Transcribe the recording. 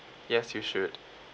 yes you should